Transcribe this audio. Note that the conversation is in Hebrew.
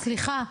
סליחה,